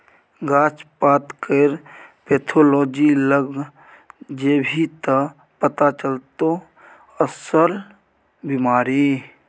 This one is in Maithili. गाछ पातकेर पैथोलॉजी लग जेभी त पथा चलतौ अस्सल बिमारी